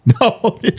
No